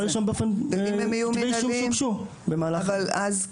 אבל אז,